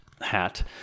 hat